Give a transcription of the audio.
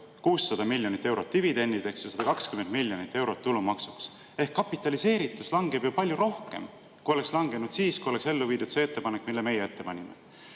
600 miljonit eurot läheb dividendideks ja 120 miljonit eurot tulumaksuks. Ehk kapitaliseeritus langeb ju palju rohkem, kui oleks langenud siis, kui oleks ellu viidud see ettepanek, mille meie tegime.